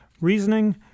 reasoning